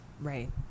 Right